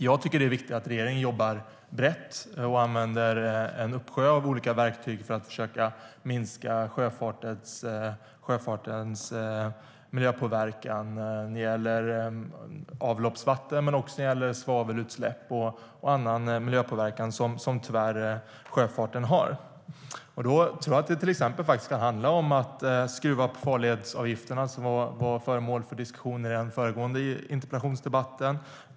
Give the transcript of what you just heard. Jag tycker att det är viktigt att regeringen jobbar brett och använder en uppsjö av olika verktyg för att försöka minska sjöfartens miljöpåverkan när det gäller avloppsvatten, svavelutsläpp och annan påverkan som sjöfarten tyvärr har. Då handlar det om att till exempel höja farledsavgifterna, som var föremål för diskussion i den föregående interpellationsdebatten.